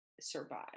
survive